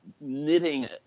knitting